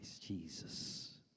Jesus